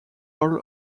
all